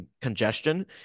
congestion